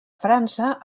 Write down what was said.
frança